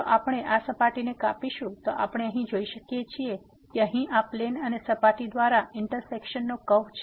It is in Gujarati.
જો આપણે આ સપાટીને કાપીશું તો આપણે અહીં જોઈ શકીએ છીએ કે અહીં આ પ્લેન અને સપાટી દ્વારા ઇન્ટરસેક્શન નો કર્વ છે